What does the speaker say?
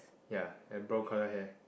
ya and brown colour hair